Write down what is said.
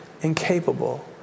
incapable